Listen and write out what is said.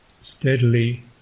steadily